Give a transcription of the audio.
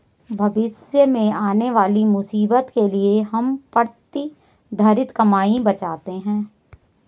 भविष्य में आने वाली मुसीबत के लिए हम प्रतिधरित कमाई बचाते हैं